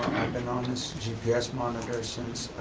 been on this gps monitor since